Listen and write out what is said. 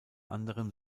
anderem